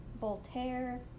Voltaire